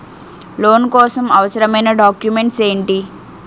Loan కోసం అవసరమైన documents ఎంటి?